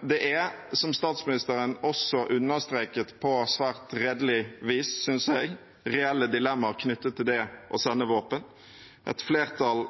Det er, som statsministeren også understreket – på svært redelig vis, synes jeg – reelle dilemmaer knyttet til det å sende våpen. Et flertall